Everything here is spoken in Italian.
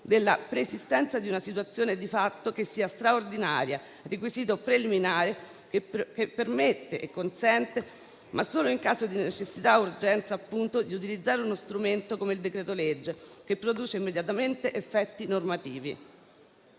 della preesistenza di una situazione di fatto che sia straordinaria, requisito preliminare che permette e consente, ma solo in caso di necessità e urgenza appunto, di utilizzare uno strumento come il decreto-legge, che produce immediatamente effetti normativi.